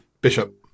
Bishop